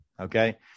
Okay